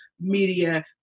media